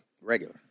Regular